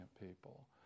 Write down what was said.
people